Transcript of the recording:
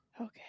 Okay